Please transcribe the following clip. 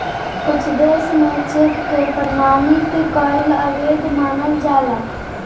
कुछ देस में चेक के प्रमाणित कईल अवैध मानल जाला